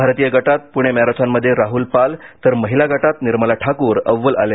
भारतीय गटात पुर्ण मॅरेथॉनमध्ये राहुल पाल तर महीला गटात निर्मला ठाकुर अव्वल आले